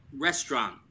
restaurant